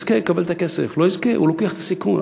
יזכה, יקבל את הכסף, לא יזכה, הוא לוקח את הסיכון.